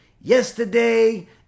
Yesterday